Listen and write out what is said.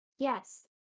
yes